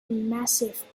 massif